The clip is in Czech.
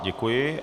Děkuji.